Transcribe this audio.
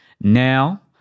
Now